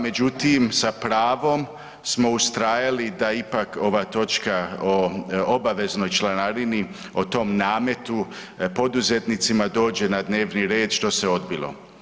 Međutim, sa pravom smo ustrajali da ipak ova točka o obaveznoj članarini, o tom nametu poduzetnicima dođe na dnevni red što se odbilo,